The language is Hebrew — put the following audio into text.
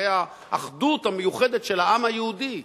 זה האחדות המיוחדת של העם היהודי.